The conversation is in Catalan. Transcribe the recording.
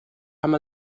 amb